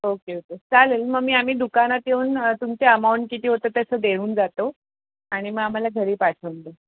okay okay चालेल मग मी आम्ही दुकानात येऊन तुमचे अमाऊंट किती होतं त्याचं देऊन जातो आणि मग आम्हाला घरी पाठवून द्या